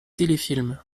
téléfilms